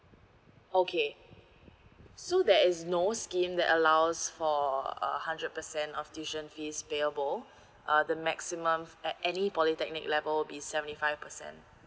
okay so there is no scheme that allows for a hundred percent of tuition fees payable uh the maximum at any polytechnic level will be seventy five percent